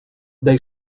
they